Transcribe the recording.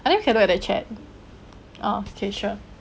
I think you can look at the chat uh okay sure